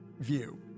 view